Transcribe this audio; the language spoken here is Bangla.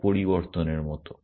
এটা পরিবর্তন এর মত